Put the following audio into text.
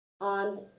on